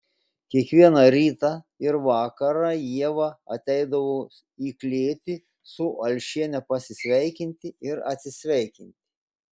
kiekvieną rytą ir vakarą ieva ateidavo į klėtį su alšiene pasisveikinti ir atsisveikinti